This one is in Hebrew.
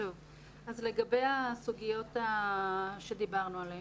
לגבי הסוגיות שדיברנו עליהן,